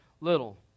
little